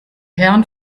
herren